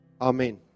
Amen